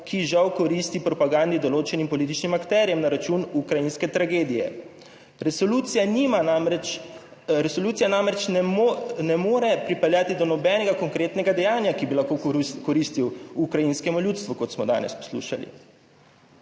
ki žal koristi propagandi določenim političnim akterjem na račun ukrajinske tragedije resolucija nima namreč, resolucija namreč ne more pripeljati do nobenega konkretnega dejanja, ki bi lahko koristil ukrajinskemu ljudstvu, kot smo danes poslušali.